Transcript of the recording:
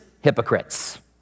hypocrites